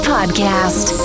Podcast